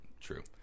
True